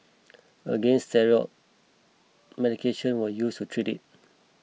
again steroid medication was used to treat it